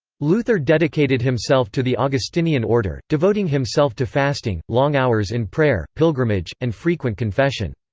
luther dedicated himself to the augustinian order, devoting himself to fasting, long hours in prayer, pilgrimage, and frequent confession.